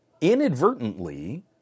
Inadvertently